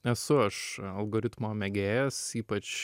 esu aš algoritmo mėgėjas ypač